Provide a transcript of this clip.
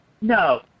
No